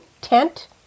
tent